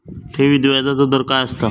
ठेवीत व्याजचो दर काय असता?